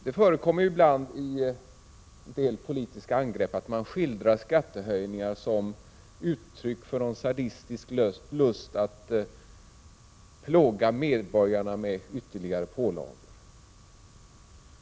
Det förekommer ibland i politiska angrepp att man skildrar skattehöjningar som uttryck för någon sadistisk lust att plåga medborgarna med ytterligare pålagor.